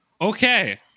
Okay